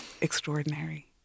extraordinary